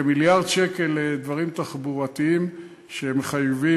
כ-1 מיליארד שקל לדברים תחבורתיים שמחייבים